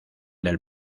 del